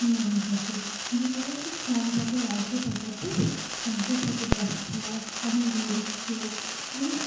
মানুষ আছে কিন্তু তারা খুব কম টাকায় অল্প টাকাতে মানুষের সাথে ব্যবসা অনেক রিয়্যালিটি শো অনেক